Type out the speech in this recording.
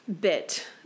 bit